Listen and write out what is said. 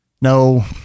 No